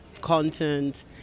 content